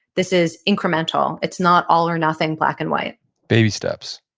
this is incremental. it's not all or nothing, black and white baby steps